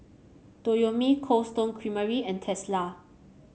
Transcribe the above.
Toyomi Cold Stone Creamery and Tesla